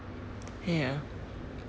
ya